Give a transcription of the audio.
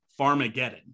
pharmageddon